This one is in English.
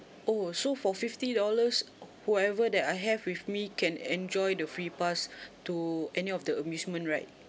oh so for fifty dollars whoever that I have with me can enjoy the free bus to any of the amusement ride